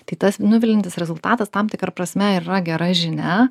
tai tas nuviliantis rezultatas tam tikra prasme ir yra gera žinia